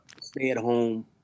stay-at-home